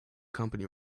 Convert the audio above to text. company